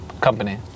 company